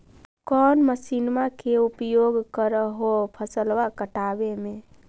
कौन मसिंनमा के उपयोग कर हो फसलबा काटबे में?